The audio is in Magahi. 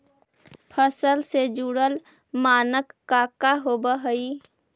फसल से जुड़ल मानक का का होव हइ?